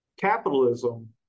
capitalism